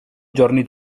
giorni